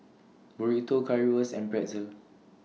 Burrito Currywurst and Pretzel